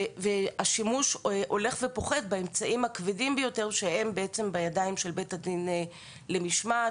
ושימוש הולך ופוחת באמצעים הכבדים ביותר שהם בידיים של בית הדין למשמעת.